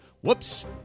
Whoops